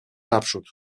naprzód